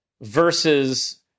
versus